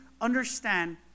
understand